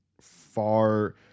far